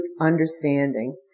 understanding